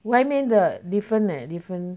外面的 different eh different